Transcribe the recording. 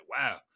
wow